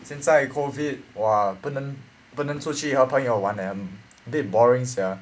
现在 COVID !wah! 不能不能出去和朋友 eh 很 a bit boring sia